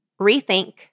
rethink